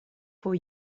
for